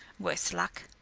worse luck.